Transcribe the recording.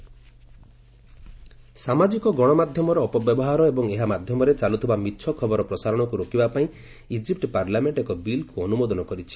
Egypt bill ସାମାଜିକ ଗଣମାଧ୍ୟମର ଅପବ୍ୟବହାର ଏବଂ ଏହା ମାଧ୍ୟମରେ ଚାଲୁଥିବା ମିଛ ଖବର ପ୍ରସାରଣକୁ ରୋକିବା ପାଇଁ ଇଜିପୂ ପାର୍ଲାମେଣ୍ଟ୍ ଏକ ବିଲ୍କୁ ଅନୁମୋଦନ କରିଛି